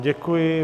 Děkuji.